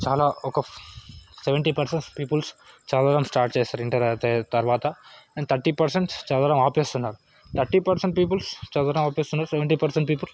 చాలా ఒక seventy percent peoples చదవడం స్టార్ట్ చేస్తారు ఇంటర్ అయితే తర్వాత అండ్ థర్టీ పర్సెంట్ చదవడం ఆపేస్తున్నారు థర్టీ పర్సెంట్ పీపుల్స్ చదవడం ఆపేస్తున్నారు సెవెంటీ పర్సెంట్ పీపుల్